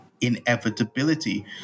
inevitability